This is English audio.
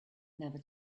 never